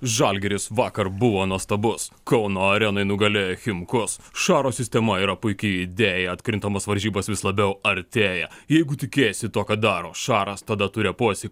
žalgiris vakar buvo nuostabus kauno arenoj nugalėjo chimkus šaro sistema yra puiki idėja atkrintamos varžybos vis labiau artėja jeigu tikėsi tuo ką daro šaras tada tu repuosi